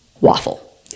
waffle